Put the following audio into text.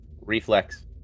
Reflex